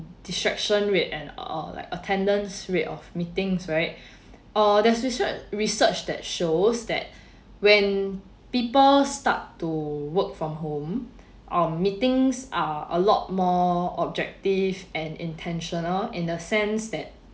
distraction rate and uh like attendance rate of meetings right uh there's research research that shows that when people start to work from home um meetings are a lot more objective and intentional in the sense that